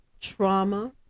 trauma